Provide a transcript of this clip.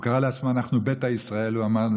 הוא קרא לעצמו, אנחנו ביתא ישראל, הוא אמר.